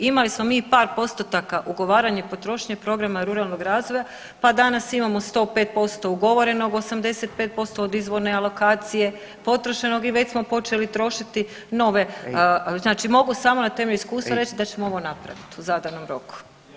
Imali smo i par postotaka ugovaranje potrošnje programa Ruralnog razvoja pa danas imamo 105% ugovorenog, 85% od izvorne alokacije, potrošenog i već smo počeli trošiti nove znači mogu samo na temelju iskustva reći da ćemo ovo napraviti u zadanom roku.